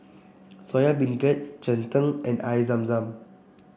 Soya Beancurd Cheng Tng and Air Zam Zam